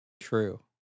True